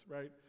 right